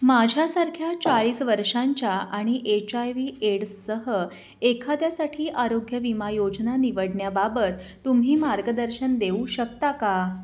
माझ्यासारख्या चाळीस वर्षांच्या आणि एच आय वी एड्ससह एखाद्यासाठी आरोग्य विमा योजना निवडण्याबाबत तुम्ही मार्गदर्शन देऊ शकता का